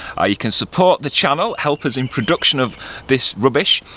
ah you can support the channel, help us in production of this rubbish.